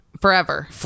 forever